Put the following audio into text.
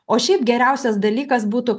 o šiaip geriausias dalykas būtų